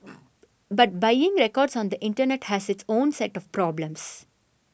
but buying records on the internet has its own set of problems